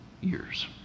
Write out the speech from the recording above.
years